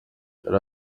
yari